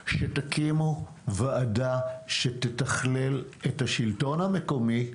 שתקימו ועדה שתתכלל את השלטון המקומי,